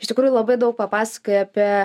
iš tikrųjų labai daug papasakojai apie